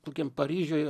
tokiam paryžiuj